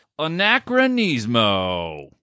anachronismo